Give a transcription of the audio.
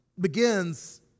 begins